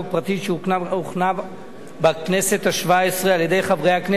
שהוכנה בכנסת השבע-עשרה על-ידי חברי הכנסת